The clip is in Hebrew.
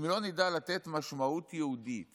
אם לא נדע לתת משמעות יהודית